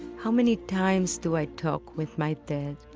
how many times do i talk with my dead?